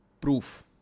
proof